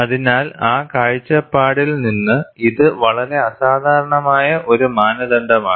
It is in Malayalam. അതിനാൽ ആ കാഴ്ചപ്പാടിൽ നിന്ന് ഇത് വളരെ അസാധാരണമായ ഒരു മാനദണ്ഡമാണ്